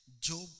Job